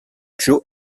joe